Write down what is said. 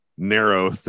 narrow